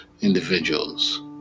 Individuals